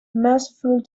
merciful